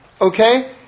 okay